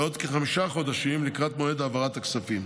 בעוד כחמישה חודשים, לקראת מועד העברת הכספים.